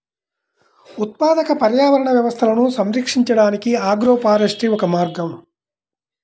ఉత్పాదక పర్యావరణ వ్యవస్థలను సంరక్షించడానికి ఆగ్రోఫారెస్ట్రీ ఒక మార్గం